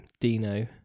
dino